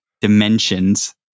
dimensions